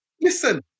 listen